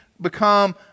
become